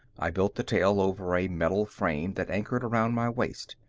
i built the tail over a metal frame that anchored around my waist.